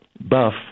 Buff